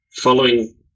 following